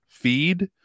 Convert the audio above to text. feed